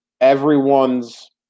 everyone's